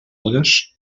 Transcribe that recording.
algues